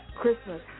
Christmas